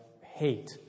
hate